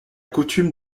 coutume